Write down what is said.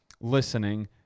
listening